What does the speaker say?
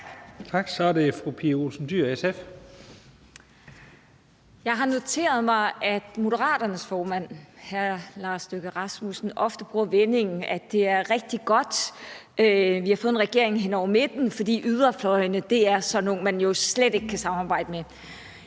Jeg har noteret mig, at Moderaternes formand, hr. Lars Løkke Rasmussen, ofte bruger vendingen, at det er rigtig godt, at vi har fået en regering hen over midten, fordi yderfløjene er sådan nogle, man jo slet ikke kan samarbejde med.